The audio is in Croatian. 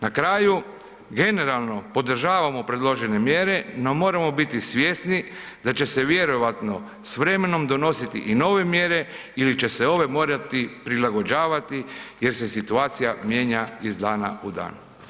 Na kraju, generalno podržavamo predložene mjere, no moramo biti svjesni da će se vjerojatno s vremenom donositi i nove mjere ili će se ove morati prilagođavati jer se situacija mijenja iz dana u dan.